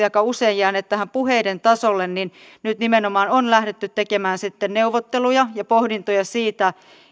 aika usein jääneet puheiden tasolle niin nyt nimenomaan on lähdetty tekemään sitten neuvotteluja ja pohdintoja